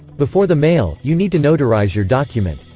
before the mail, you need to notarize your document.